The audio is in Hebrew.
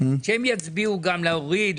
שהם יצביעו גם להוריד,